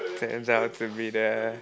turns out to be the